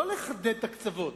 לא לחדד את הקצוות,